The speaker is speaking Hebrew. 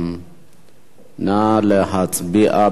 נא להצביע.